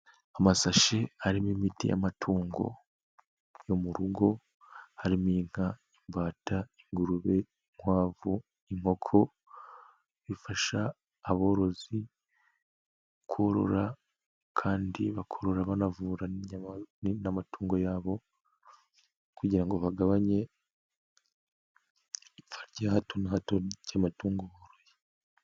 Amasashi arimo imiti y'amatungo yo mu rugo harimo: inka, imbata, ingurube, inkwavu, inkoko, bifasha aborozi korora kandi bakorora banavura n'amatungo yabo kugira ngo bagabanye ipfa rya hato na hato ry'amatungo boroye.